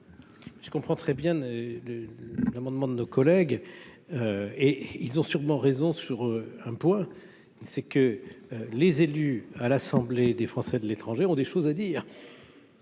Je comprends très bien de de l'amendement de nos collègues et ils ont sûrement raison sur un point, c'est que les élus à l'Assemblée des Français de l'étranger ont des choses à dire,